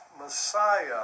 messiah